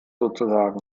sozusagen